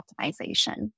optimization